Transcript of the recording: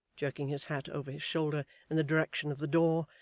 jerking his hat over his shoulder in the direction of the door,